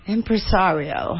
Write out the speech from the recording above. Empresario